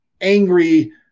angry